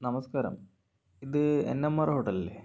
നമസ്കാരം ഇത് N M R hotel അല്ലേ